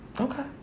Okay